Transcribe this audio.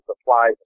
supplies